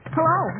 Hello